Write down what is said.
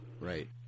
right